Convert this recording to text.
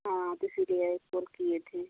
हाँ तो इसी लिए कॉल किए थी